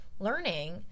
learning